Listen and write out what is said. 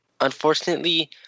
Unfortunately